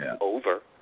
over